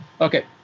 Okay